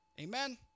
Amen